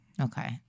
Okay